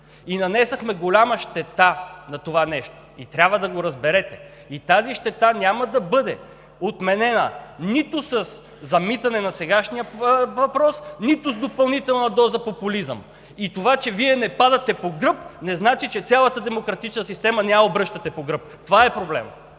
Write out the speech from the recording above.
Нанесохме голяма щета. Трябва да го разберете! Тази щета няма да бъда отменена нито със замитане на сегашния въпрос, нито с допълнителна доза популизъм. Това, че Вие не падате по гръб, не значи, че цялата демократична система не я обръщате по гръб. Това е проблемът!